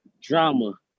drama